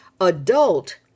adult